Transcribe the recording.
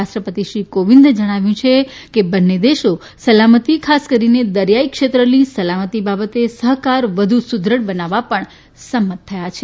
રાષ્ર પતિ શ્રી કોવિંદે જણાવ્યું છે કે બંને દેશો સલામતી ખાસ કરીને દરિયાઇ ક્ષેત્રની સલામતી બાબતે સહકાર વધુ સુદ્રઢ બનાવવા પણ સંમત થયા છે